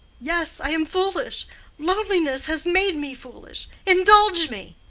yes, i am foolish loneliness has made me foolish indulge me.